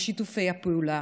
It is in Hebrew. בשיתופי הפעולה,